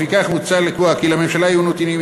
לפיכך מוצע לקבוע כי לממשלה יהיו נתונים,